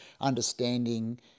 understanding